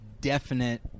definite